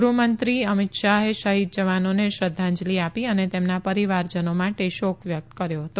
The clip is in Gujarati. ગૃહમંત્રી અમિત શાહે શહીદ જવાનોને શ્રધ્ધાંજલી આપી અને તેમના પરીવારજનો માટે શોક વ્યકત કર્યો હતો